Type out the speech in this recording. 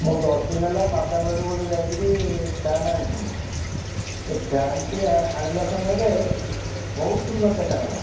ମୁଁ ଦଶଦିନ ହେଲା ବାଦାମବାଡ଼ିରୁ ଗୋଟେ ଯାଇକିରି ଫ୍ୟାନ୍ ଆଣିଥିଲି ସେ ଫ୍ୟାନ୍ଟି ଆଣିଲା ସମୟରେ ବହୁତ ସୁନ୍ଦର ଦେଖାଗଲା